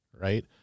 right